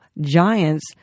giants